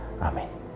Amen